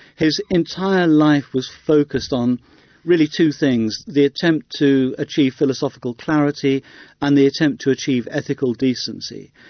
his entire life was focused on really two things the attempt to achieve philosophical clarity and the attempt to achieve ethical decency.